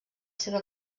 seva